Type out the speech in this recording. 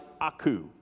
Aku